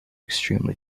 extremely